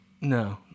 No